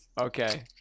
Okay